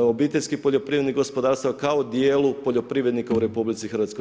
obiteljskih poljoprivrednih gospodarstava kao dijelu poljoprivrednika u Republici Hrvatskoj.